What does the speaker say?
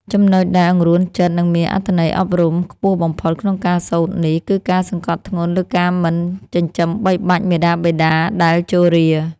ចំណុចដែលអង្រួនចិត្ត និងមានអត្ថន័យអប់រំខ្ពស់បំផុតក្នុងការសូត្រនេះ គឺការសង្កត់ធ្ងន់លើការមិនចិញ្ចឹមបីបាច់មាតាបិតាដែលជរា។